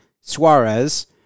suarez